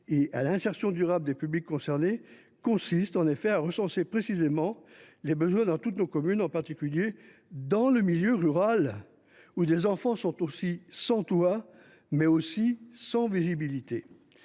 et à l’insertion durable des publics concernés consiste en effet à recenser précisément les besoins dans toutes nos communes, en particulier dans le milieu rural, où des enfants sont aussi sans toit et sans visibilité.